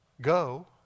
Go